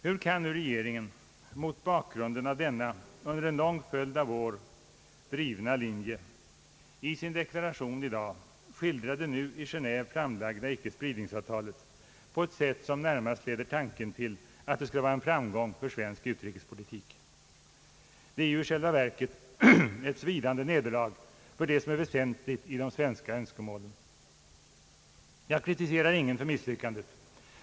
Hur kan nu regeringen mot bakgrund av denna under en lång följd av år drivna linje i sin deklaration i dag skildra det nu i Geneve framlagda icke-spridningsavtalet på ett sätt som närmast leder tanken till att det skulle vara en framgång för svensk utrikespolitik? Det är ju i själva verket ett svidande nederlag för det som är väsentligt i de svenska önskemålen. Jag kritiserar ingen för misslyckandet.